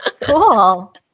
cool